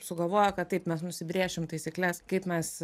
sugalvojo kad taip mes nusibrėšim taisykles kaip mes